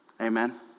Amen